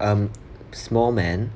um small man